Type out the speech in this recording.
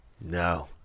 no